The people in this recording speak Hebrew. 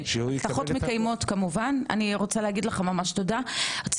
תודה רבה.